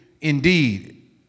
indeed